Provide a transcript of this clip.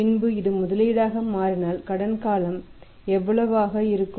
பின்பு இது முதலீடாக மாறினால் கடன் காலம் எவ்வளவாக இருக்கும்